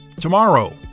Tomorrow